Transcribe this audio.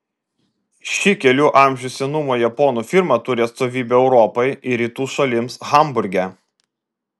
ši kelių amžių senumo japonų firma turi atstovybę europai ir rytų šalims hamburge